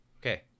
Okay